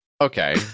Okay